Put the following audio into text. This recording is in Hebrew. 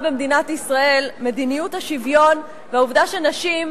במדינת ישראל מדיניות השוויון והעובדה שנשים,